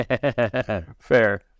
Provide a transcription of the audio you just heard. fair